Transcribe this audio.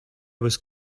was